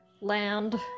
land